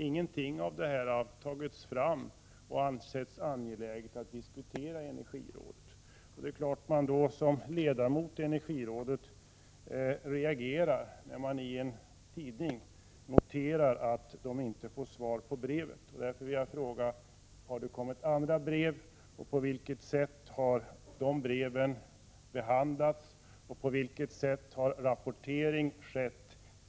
Inget av detta har tagits fram och ansetts angeläget att diskutera i energirådet. Som ledamot av energirådet är det klart att man reagerar när man i en tidning noterar att kommunerna inte får svar på brev. Jag vill därför ställa följande frågor: Har det kommit andra brev? På vilket sätt har breven behandlats? Hur har rapportering